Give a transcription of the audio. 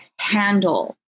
handle